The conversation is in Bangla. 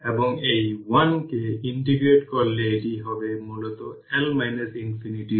কিন্তু এখানে সেই ইনিশিয়াল ভ্যালু v2 0 24 ভোল্ট বসানো হবে